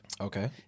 Okay